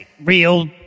real